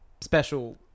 special